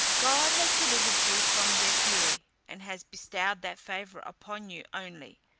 god has delivered you from their fury, and has bestowed that favour upon you only.